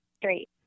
straight